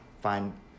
find